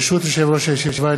ברשות יושב-ראש הישיבה,